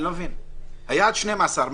זאת התפיסה שהציג בפנינו משרד הבריאות,